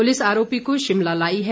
police आरोपी को शिमला लाई है